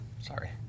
Sorry